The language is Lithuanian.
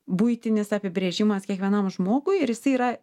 buitinis apibrėžimas kiekvienam žmogui ir jisai yra